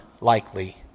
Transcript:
likely